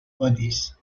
bodies